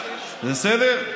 בסדר?